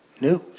news